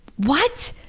what!